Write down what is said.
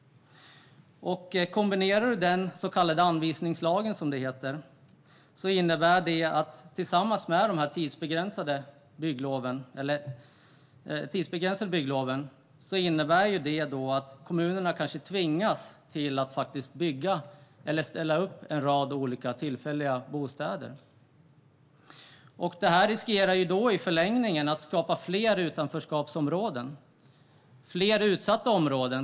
Denna så kallade anvisningslag kan i kombination med de tidsbegränsade byggloven innebära att kommunerna tvingas att bygga - eller ställa upp - en rad olika tillfälliga bostäder. I förlängningen är risken att detta skapar fler utanförskapsområden - fler utsatta områden.